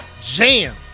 Jam